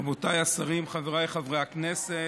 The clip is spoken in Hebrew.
רבותיי השרים, חבריי חברי הכנסת,